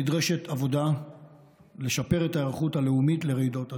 נדרשת עבודה לשיפור ההיערכות הלאומית לרעידות אדמה.